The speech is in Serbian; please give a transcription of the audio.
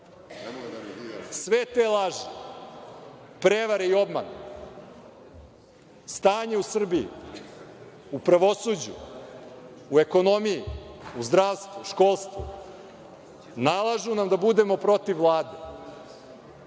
Sve te laži, prevare i obmane, stanje u Srbiji, u pravosuđu, u ekonomiji, u zdravstvu, školstvu, nalažu nam da budemo protiv Vlade